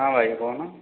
ହଁ ଭାଇ କହୁନ